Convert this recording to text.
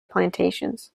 plantations